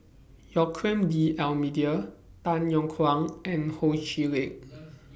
Joaquim D'almeida Tay Yong Kwang and Ho Chee Lick